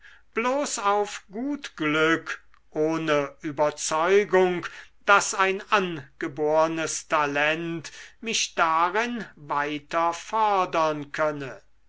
bloß auf gut glück ohne überzeugung daß ein angebornes talent mich darin weiter fördern könne